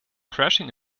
crashing